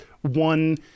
one